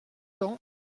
tend